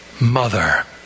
mother